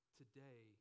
today